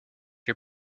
les